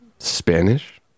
Spanish